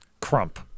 Crump